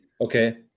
okay